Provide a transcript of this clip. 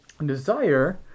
Desire